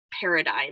paradigm